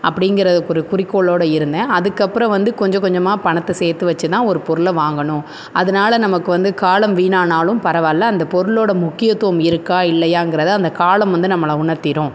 அப்படிங்கிற ஒரு குறிக்கோளோடு இருந்தேன் அதுக்கப்புறோம் வந்து கொஞ்சம் கொஞ்சமாக பணத்தை சேர்த்து வெச்சு தான் ஒரு பொருளை வாங்கணும் அதனால நமக்கு வந்து காலம் வீணானாலும் பரவாயில்ல அந்த பொருளோடய முக்கியத்துவம் இருக்கா இல்லையாங்கிறத அந்த காலம் வந்து நம்மளை உணர்த்திடும்